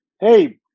Hey